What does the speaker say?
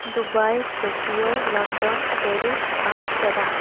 Dubai Tokyo London Paris Amsterdam